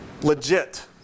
legit